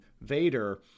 Vader